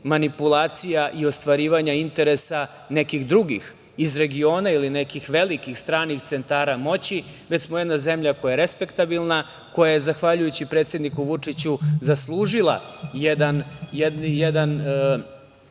manipulacija i ostvarivanja interesa nekih drugih iz regiona ili nekih velikih stranih centara moći, već smo jedna zemlja koja je respektabilna, koja je zahvaljujući predsedniku Vučiću zaslužila jedan